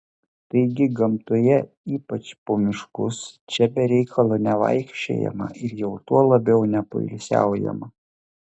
taigi gamtoje ypač po miškus čia be reikalo nevaikščiojama ir jau tuo labiau nepoilsiaujama